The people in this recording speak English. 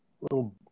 little